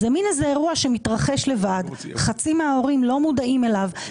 זה מן אירוע שמתרחש לבד; חצי מההורים לא מודעים אליו,